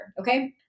okay